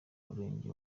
murenge